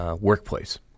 workplace